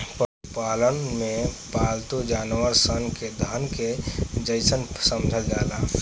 पशुपालन में पालतू जानवर सन के धन के जइसन समझल जाला